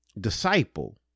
disciple